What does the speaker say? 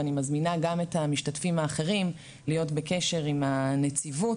ואני מזמינה גם את המשתתפים האחרים להיות בקשר עם הנציבות.